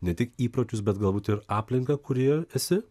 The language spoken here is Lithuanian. ne tik įpročius bet galbūt ir aplinką kurioje esi